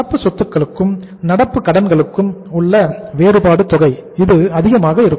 நடப்பு சொத்துக்களுக்கும் நடப்பு கடன்களுக்கும் உள்ள வேறுபடும் தொகை இது அதிகமாக இருக்கும்